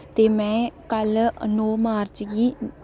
ते में कल्ल नौ मार्च गी